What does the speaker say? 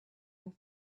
and